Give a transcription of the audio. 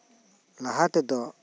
ᱞᱟᱦᱟ ᱛᱮᱫᱚ